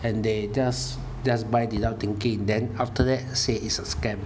and they just just buy without thinking then after that say it's a scam